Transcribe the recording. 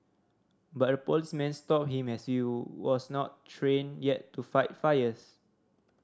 but a policeman stopped him as you was not trained yet to fight fires